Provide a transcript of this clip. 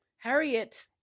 Harriet